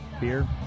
Beer